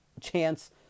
chance